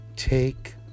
Take